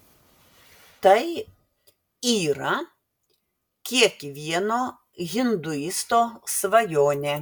tai yra kiekvieno hinduisto svajonė